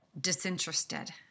disinterested